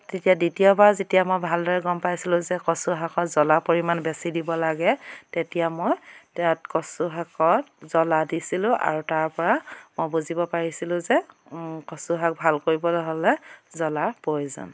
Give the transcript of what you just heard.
তেতিয়া দ্বিতীয়বাৰ যেতিয়া মই ভালদৰে গম পাইছিলোঁ যে কচু শাকত জ্বলাৰ পৰিমাণ বেচি দিব লাগে তেতিয়া মই তাত কচু শাকত জ্বলা দিছিলোঁ আৰু তাৰ পৰা মই বুজিব পাৰিছিলোঁ যে কচু শাক ভাল কৰিবলৈ হ'লে জ্বলাৰ প্ৰয়োজন